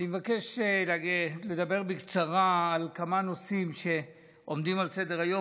אני מבקש לדבר בקצרה על כמה נושאים שעומדים על סדר-היום.